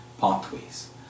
Pathways